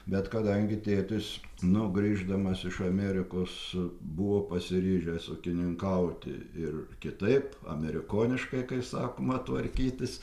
bet kadangi tėtis nu grįždamas iš amerikos buvo pasiryžęs ūkininkauti ir kitaip amerikoniškai kaip sakoma tvarkytis